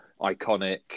iconic